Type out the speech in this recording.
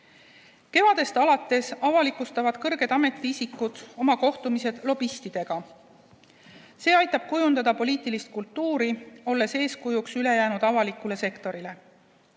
Kevadest alates avalikustavad kõrged ametiisikud oma kohtumised lobistidega. See aitab kujundada poliitilist kultuuri, olles eeskujuks ülejäänud avalikule sektorile.